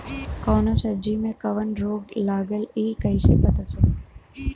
कौनो सब्ज़ी में कवन रोग लागल ह कईसे पता चली?